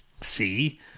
See